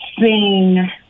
sing